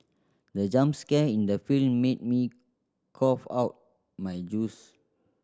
the jump scare in the film made me cough out my juice